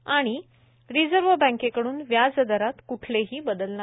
आणि रिझर्व्ह बँककेकडून व्याज दरात क्ठलेही बदल नाही